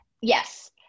Yes